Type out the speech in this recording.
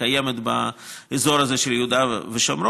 הקיימת באזור הזה של יהודה ושומרון,